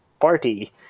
party